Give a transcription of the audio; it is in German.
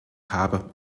habe